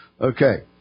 Okay